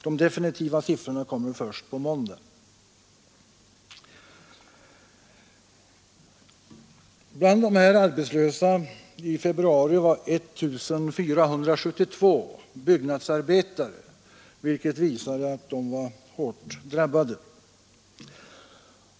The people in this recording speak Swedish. De definitiva siffrorna kommer att läggas fram först Av dem som var arbetslösa i februari var 1 472 byggnadsarbetare, vilket visar att denna grupp är hårt drabbad.